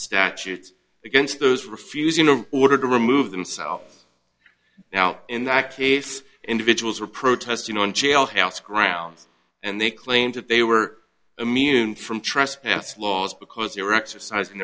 statutes against those refusing to order to remove themselves now in that case individuals were protesting on jailhouse grounds and they claimed that they were immune from trespass laws because they were exercising